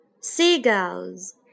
seagulls